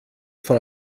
von